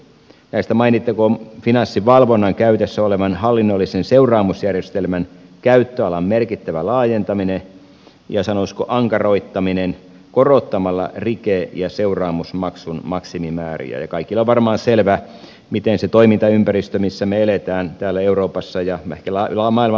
näistä mainittakoon finanssivalvonnan käytössä olevan hallinnollisen seuraamusjärjestelmän käyttöalan merkittävä laajentaminen ja sanoisiko ankaroittaminen korottamalla rike ja seuraamusmaksun maksimimääriä ja kaikille on varmaan selvää minkälaisia indikaatioita se toimintaympäristö missä me elämme täällä euroopassa ja me laila maila